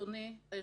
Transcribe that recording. אם הוא